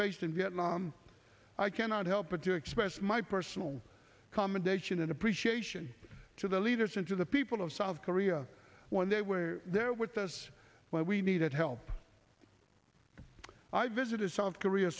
faced in vietnam i cannot help but to express my personal commendation and appreciation to the leaders and to the people of south korea when they were there with us when we needed help i visited south korea